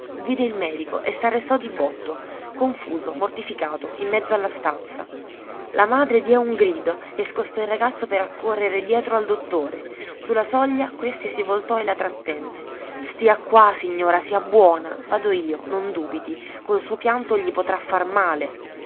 vide il medico e s'arrestò di botto confuso mortificato in mezzo alla stanza la madre diè un grido e scostò il ragazzo per accorrere dietro al dottore su la soglia questi si voltò e la trattenne stia qua signora sia buona vado io non dubiti col suo pianto gli potrà far male